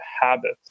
habit